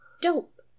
Dope